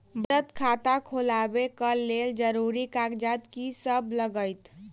बचत खाता खोलाबै कऽ लेल जरूरी कागजात की सब लगतइ?